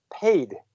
paid